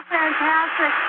fantastic